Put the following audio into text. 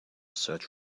search